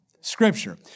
Scripture